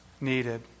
needed